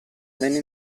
venne